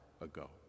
ago